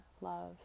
love